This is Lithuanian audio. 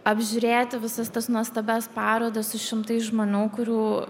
apžiūrėti visas tas nuostabias parodas su šimtais žmonių kurių